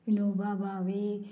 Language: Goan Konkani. विनोबा भावे